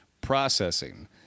processing